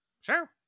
Sure